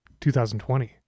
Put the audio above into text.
2020